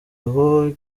aho